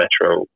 metro